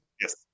Yes